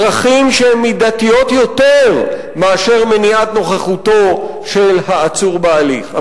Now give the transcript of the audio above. דרכים שהן מידתיות יותר מאשר מניעת נוכחותו של העצור בהליך".